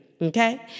Okay